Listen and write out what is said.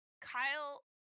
Kyle